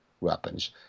weapons